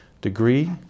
degree